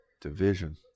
division